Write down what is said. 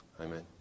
Amen